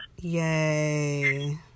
Yay